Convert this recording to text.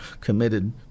committed